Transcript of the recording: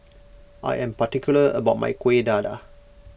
I am particular about my Kueh Dadar